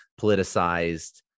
politicized